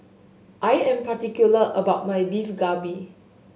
I am particular about my Beef Galbi